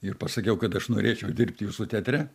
ir pasakiau kad aš norėčiau dirbt jūsų teatre